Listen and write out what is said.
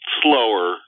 slower